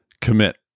commit